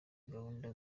gahunda